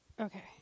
Okay